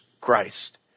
Christ